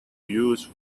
use